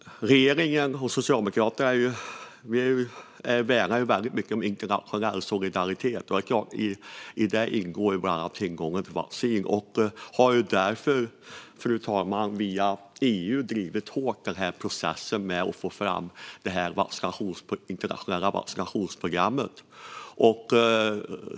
Regeringen och Socialdemokraterna värnar om internationell solidaritet. I det ingår bland annat tillgången till vaccin. Därför har regeringen via EU hårt drivit processen med att få fram det internationella vaccinationsprogrammet.